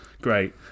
Great